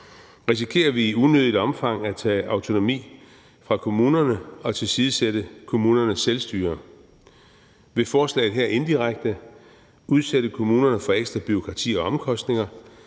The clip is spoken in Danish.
Risikerer vi i unødigt omfang at tage autonomi fra kommunerne og tilsidesætte kommunernes selvstyre? Vil forslaget her indirekte udsætte kommunerne for ekstra bureaukrati og omkostninger,